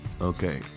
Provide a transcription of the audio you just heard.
Okay